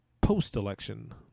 post-election